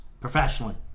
professionally